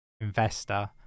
investor